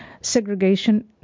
Segregation